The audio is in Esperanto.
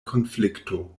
konflikto